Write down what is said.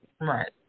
right